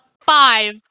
five